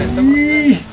the